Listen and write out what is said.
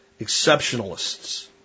exceptionalists